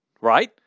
right